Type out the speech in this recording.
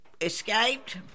escaped